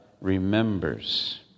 remembers